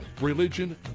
religion